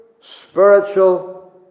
spiritual